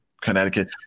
Connecticut